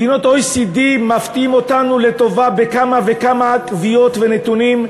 מדינות ה-OECD מפתיעות אותנו לטובה בכמה וכמה קביעות ונתונים,